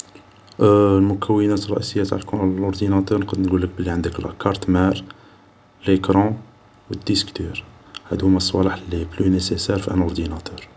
المكونات الرئيسية تاع كوم لورديناتور نقد نقولك بلي عندك لا كارت مار ليكرون و ديسك دور, هادو هوما صوالح لي بلو نيسيسار ف ان اورديناتور